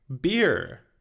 Beer